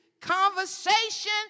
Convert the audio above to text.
conversation